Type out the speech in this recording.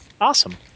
Awesome